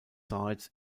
sites